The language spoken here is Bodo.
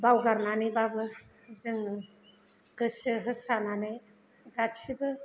बावगारनानैबाबो जों गोसो होसारनानै गासिबो